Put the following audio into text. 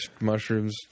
mushrooms